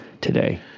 today